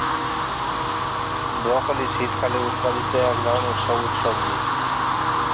broccoli শীতকালে উৎপাদিত এক ধরনের সবুজ সবজি